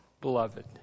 beloved